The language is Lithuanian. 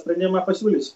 sprendimą pasiūlys